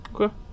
Okay